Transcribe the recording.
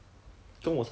I think 跟我们不